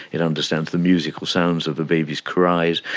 it understands the musical sounds of the baby's cries,